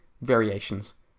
variations